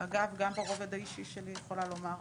אגב גם ברובד האישי שלי יכולה לומר,